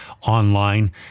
online